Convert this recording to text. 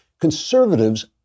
Conservatives